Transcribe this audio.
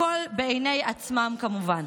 הכול בעיני עצמם, כמובן.